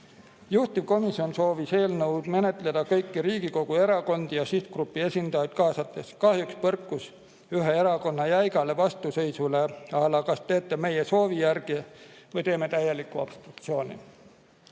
Juhtivkomisjon soovis eelnõu menetleda kõiki Riigikogu erakondi ja sihtgrupi esindajaid kaasates. Kahjuks põrkus see ühe erakonna jäigale vastuseisule,à lakas teete meie soovi järgi või teeme täieliku obstruktsiooni.